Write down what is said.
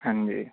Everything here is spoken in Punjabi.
ਹਾਂਜੀ